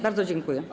Bardzo dziękuję.